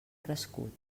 crescut